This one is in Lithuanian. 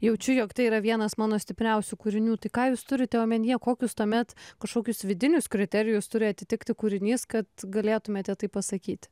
jaučiu jog tai yra vienas mano stipriausių kūrinių tai ką jūs turite omenyje kokius tuomet kažkokius vidinius kriterijus turi atitikti kūrinys kad galėtumėte tai pasakyti